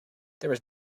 there